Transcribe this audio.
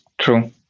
True